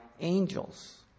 angels